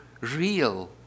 real